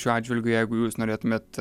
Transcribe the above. šiuo atžvilgiu jeigu jūs norėtumėt